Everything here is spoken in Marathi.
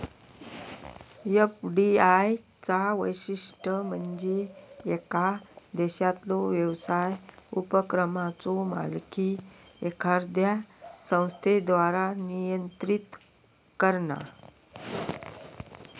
एफ.डी.आय चा वैशिष्ट्य म्हणजे येका देशातलो व्यवसाय उपक्रमाचो मालकी एखाद्या संस्थेद्वारा नियंत्रित करणा